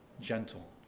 gentle